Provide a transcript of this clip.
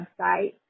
website